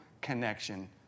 connection